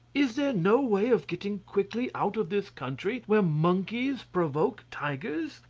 is there no way of getting quickly out of this country where monkeys provoke tigers?